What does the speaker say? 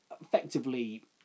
Effectively